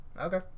Okay